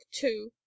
two